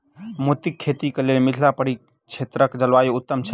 मोतीक खेती केँ लेल मिथिला परिक्षेत्रक जलवायु उत्तम छै?